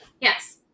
yes